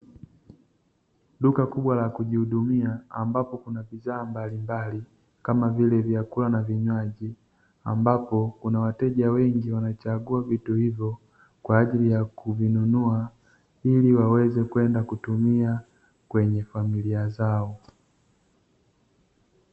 Duka kubwa la kujihudumia ambapo kuna bidhaa mbalimbali, kama vile; vyakula na vinywaji, ambapo kuna wateja wengi wanachagua vitu hivyo kwa ajili ya kuvinunua, ili waweze kwenda kutumia kwenye familia zao.